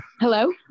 Hello